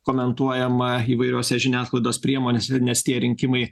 komentuojama įvairiose žiniasklaidos priemonėse nes tie rinkimai